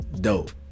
dope